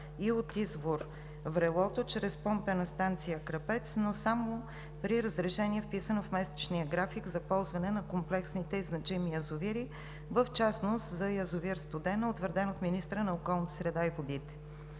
и от извор „Врелото“ чрез помпена станция „Крапец“, но само при разрешение, вписано в месечния график за ползване на комплексните и значимите язовири, в частност за язовир „Студена“, утвърден от министъра на околната среда и водите.